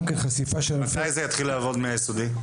כן חשיפה --- מתי זה יתחיל לעבוד מהיסודי?